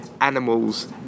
Animals